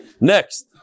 Next